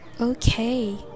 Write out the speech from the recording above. Okay